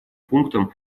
пунктом